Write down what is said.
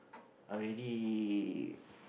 already